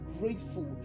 grateful